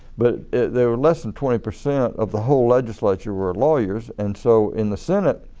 but there were less than twenty percent of the whole legislature were lawyers and so in the senate,